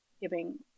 giving